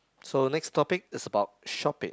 so next topic is about shopping